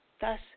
thus